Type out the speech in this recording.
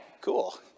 cool